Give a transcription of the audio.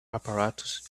apparatus